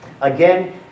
Again